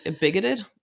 bigoted